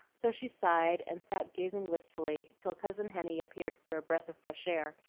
so she sighed and sat gazing wistfully, till cousin henny appeared for a breath of fresh air,